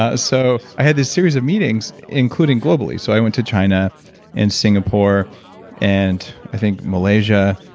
ah so i had these series of meetings including globally, so i went to china and singapore and i think malaysia